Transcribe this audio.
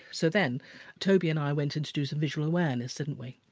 so then toby and i went in to do some visual awareness didn't we?